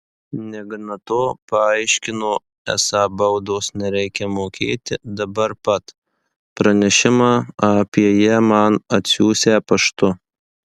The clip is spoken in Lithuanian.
negana to paaiškino esą baudos nereikią mokėti dabar pat pranešimą apie ją man atsiųsią paštu